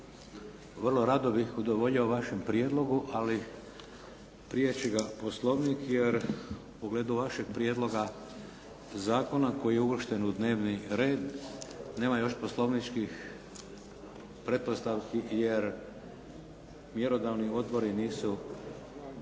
Vrlo rado bih udovoljio vašem prijedlogu, ali priječi ga Poslovnik, jer u pogledu vašeg prijedloga zakona koji je uvršten u dnevni red nema još poslovničkih pretpostavki, jer mjerodavni odbori nisu